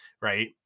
right